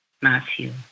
Matthew